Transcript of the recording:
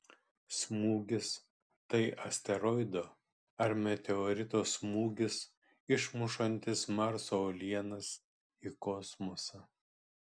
smūgis tai asteroido ar meteorito smūgis išmušantis marso uolienas į kosmosą